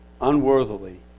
unworthily